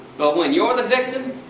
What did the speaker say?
but when you're the victim,